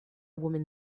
woman